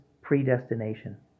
predestination